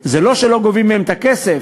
זה לא שלא גובים מהם את הכסף,